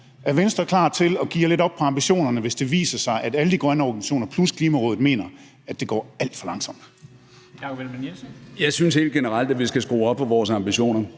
Er Venstre klar til at skrue lidt op for ambitionerne, hvis det viser sig, at alle de grønne organisationer plus Klimarådet mener, at det går alt for langsomt? Kl. 13:47 Formanden (Henrik Dam Kristensen): Hr.